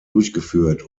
durchgeführt